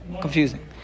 Confusing